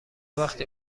وقتی